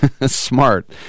smart